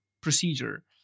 procedure